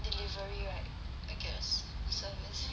delivery right I guess service f~